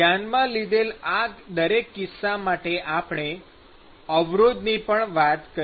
ધ્યાનમાં લીધેલા આ દરેક કિસ્સા માટે આપણે અવરોધની પણ વાત કરી